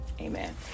amen